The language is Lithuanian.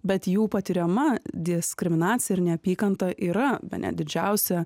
bet jų patiriama diskriminacija ir neapykanta yra bene didžiausia